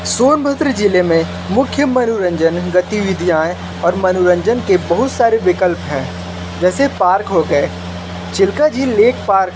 सोनभद्र जिले में मुख्य मनोरंजक गतिविधियाँ और मनोरंजन के बहुत सारे विकल्प हैं जैसे पार्क हो गए चिल्का झील लेक पार्क